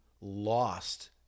lost